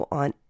on